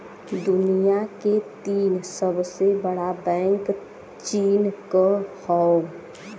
दुनिया के तीन सबसे बड़ा बैंक चीन क हौ